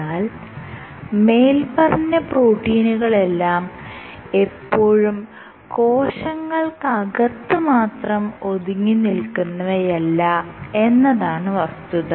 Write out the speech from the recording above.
എന്നാൽ മേല്പറഞ്ഞ പ്രോട്ടീനുകളെല്ലാം എപ്പോഴും കോശങ്ങൾക്കകത്ത് മാത്രം ഒതുങ്ങി നിൽക്കുന്നവയല്ല എന്നതാണ് വസ്തുത